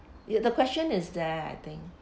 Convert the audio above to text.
ya the question is there I think